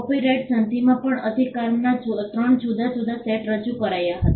પિરાઇટ સંધિમાં પણ અધિકારના ત્રણ જુદા જુદા સેટ રજૂ કરાયા હતા